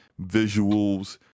visuals